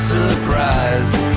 surprise